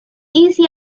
easy